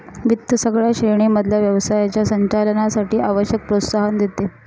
वित्त सगळ्या श्रेणी मधल्या व्यवसायाच्या संचालनासाठी आवश्यक प्रोत्साहन देते